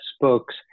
books